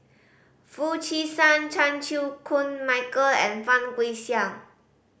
Foo Chee San Chan Chew Koon Michael and Fang Guixiang